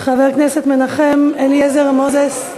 חבר הכנסת מנחם אליעזר מוזס?